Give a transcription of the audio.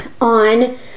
on